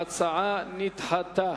ההצעה נדחתה.